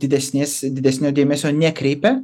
didesnės didesnio dėmesio nekreipia